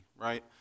right